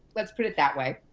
let's put it that way.